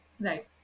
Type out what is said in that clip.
Right